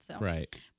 Right